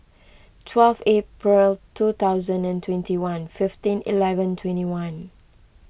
twelve April two thousand and twenty one fifteen eleven twenty one